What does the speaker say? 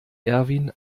erwin